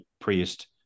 priest